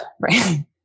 right